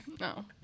no